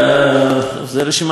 זו רשימה מעניינת,